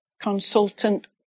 consultant